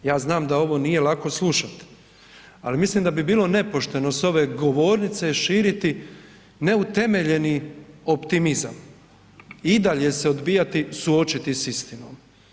Ja znam da ovo nije lako slušat, ali mislim da bi bilo nepošteno s ove govornice širiti neutemeljeni optimizam i dalje se odbijati suočiti s istinom.